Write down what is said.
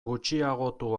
gutxiagotu